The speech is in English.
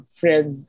friend